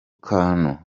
kantu